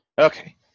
Okay